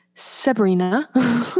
Sabrina